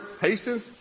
patience